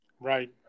Right